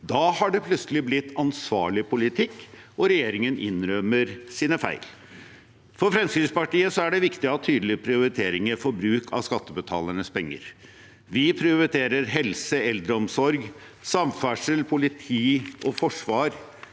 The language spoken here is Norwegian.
Da har det plutselig blitt ansvarlig politikk, og regjeringen innrømmer sine feil. For Fremskrittspartiet er det viktig å ha tydelige prioriteringer for bruk av skattebetalernes penger. Vi prioriterer helse, eldreomsorg, samferdsel, politi og forsvar